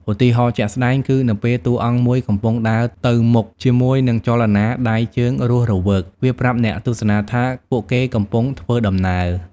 ឧទាហរណ៍ជាក់ស្ដែង គឺនៅពេលតួអង្គមួយកំពុងដើរទៅមុខជាមួយនឹងចលនាដៃជើងរស់រវើក វាប្រាប់អ្នកទស្សនាថាពួកគេកំពុងធ្វើដំណើរ។